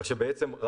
כך שבעצם,